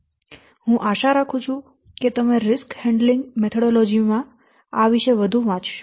હું આશા રાખું છું કે તમે રીસ્ક હેન્ડલિંગ મેથોડોલોજીસ માં આ વિશે વધુ વાંચશો